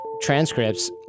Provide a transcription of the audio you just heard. transcripts